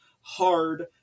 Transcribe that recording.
hard